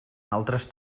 altres